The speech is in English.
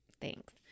Thanks